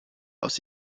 aus